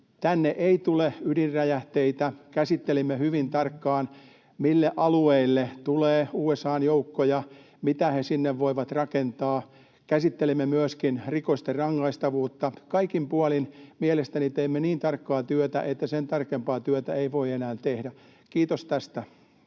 Tänne ei tule ydinräjähteitä. Käsittelimme hyvin tarkkaan, mille alueille tulee USA:n joukkoja, mitä he sinne voivat rakentaa. Käsittelimme myöskin rikosten rangaistavuutta. Kaikin puolin mielestäni teimme niin tarkkaa työtä, että sen tarkempaa työtä ei voi enää tehdä — kiitos tästä.